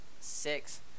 six